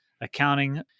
accounting